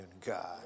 God